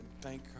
thank